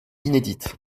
inédite